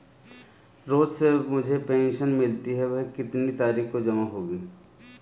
रोज़ से जो मुझे पेंशन मिलती है वह कितनी तारीख को जमा होगी?